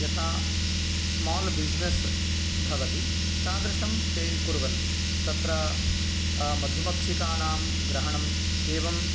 यथा small business भवति तादृशं ते कुर्वन्ति तत्र मधुमक्षिकाणां ग्रहणम् एवं